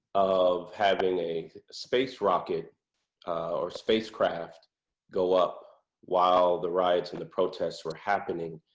of having a space rocket or spacecraft go up while the riots and the protests were happening